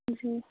جی